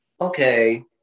okay